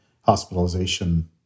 hospitalization